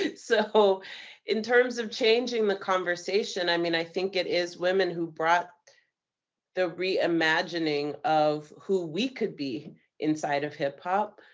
so in terms of changing the conversation, i mean i think it is women who brought the reimagining of who we could be inside of hip-hop.